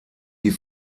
die